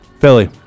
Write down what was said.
Philly